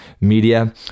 media